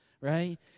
right